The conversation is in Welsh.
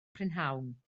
prynhawn